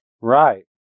Right